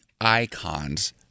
icons